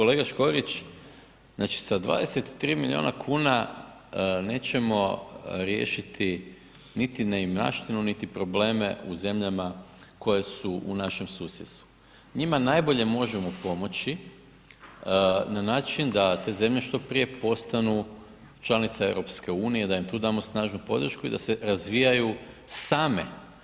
Kolega Škorić, znači sa 23 miliona kuna nećemo riješiti niti neimaštinu, niti probleme u zemljama koje su u našem susjedstvu, njima najbolje možemo pomoći na način da te zemlje što prije postanu članice EU, da im tu damo snažnu podršku i da se razvijaju same.